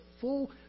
full